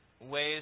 ways